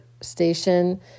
station